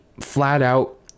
flat-out